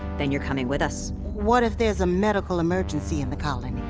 then you're coming with us what if there's a medical emergency in the colony?